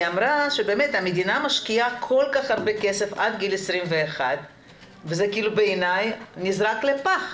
היא אמרה שהמדינה משקיעה כל כך הרבה כסף עד גיל 21 וזה בעיני נזרק לפח,